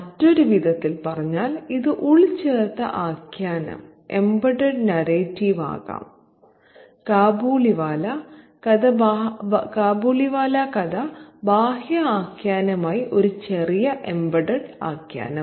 മറ്റൊരു വിധത്തിൽ പറഞ്ഞാൽ ഇത് ഉൾച്ചേർത്ത ആഖ്യാനം ആകാം കാബൂളിവാല കഥ ബാഹ്യ ആഖ്യാനമായി ഒരു ചെറിയ എംബഡഡ് ആഖ്യാനം